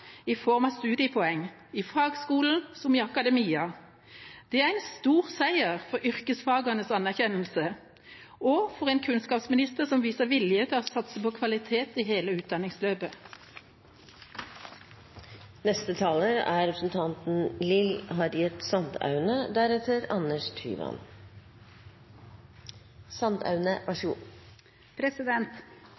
studiepoeng, i fagskolen som i akademia. Det er en stor seier for yrkesfagenes anerkjennelse og for en kunnskapsminister som viser vilje til å satse på kvalitet i hele utdanningsløpet. Det er